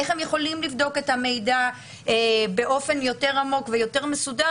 איך הם יכולים לבדוק את המידע באופן יותר עמוק ויותר מסודר,